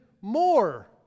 more